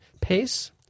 PACE